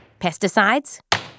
pesticides